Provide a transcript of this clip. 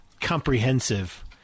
comprehensive